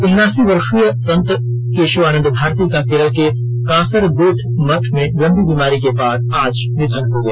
उनासी वर्षीय संत केशवानंद भारती का केरल के कासरगोर्ड में लंबी बीमारी के बाद आज निधन हो गया